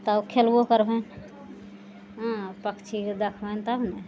तब खेलबो करबनि हँ पक्षीके देखबनि तब ने